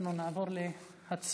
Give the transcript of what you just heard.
אנחנו נעבור להצבעה.